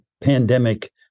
pandemic